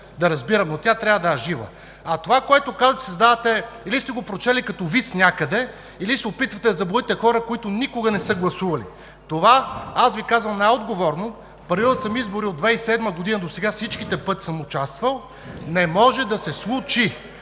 да, разбирам, но тя трябва да е жива. С това, което казвате, създавате впечатление, или сте го прочели като виц някъде, или се опитвате да заблудите хора, които никога не са гласували. Това, аз Ви казвам най-отговорно, правил съм избори от 2007 г., досега всичките пъти съм участвал, не може да се случи!